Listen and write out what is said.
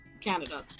Canada